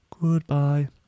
Goodbye